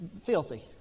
Filthy